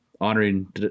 honoring